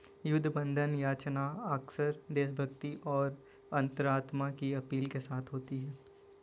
युद्ध बंधन याचना अक्सर देशभक्ति और अंतरात्मा की अपील के साथ होती है